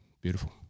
beautiful